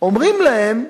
אומרים להם: